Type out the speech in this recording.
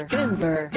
Denver